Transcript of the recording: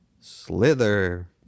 Slither